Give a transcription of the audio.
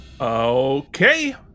Okay